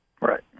Right